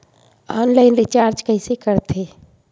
Online recharge कइसे करथे?